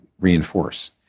reinforce